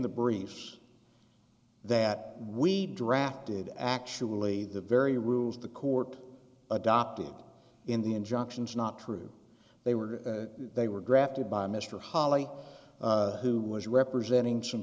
the briefs that we drafted actually the very rules of the court adopted in the injunctions not true they were they were drafted by mr holly who was representing some